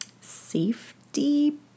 safety